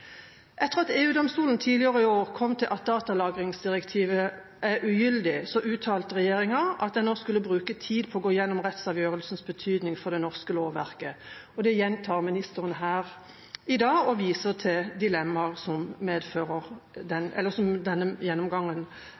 Etter at EU-domstolen tidligere i år kom til at datalagringsdirektivet er ugyldig, uttalte regjeringa at den nå skulle bruke tid på å gå igjennom rettsavgjørelsens betydning for det norske lovverket, og det gjentar ministeren her i dag og viser til dilemmaet som denne gjennomgangen medfører.